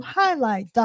highlight